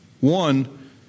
One